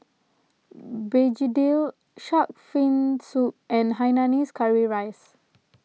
Begedil Shark's Fin Soup and Hainanese Curry Rice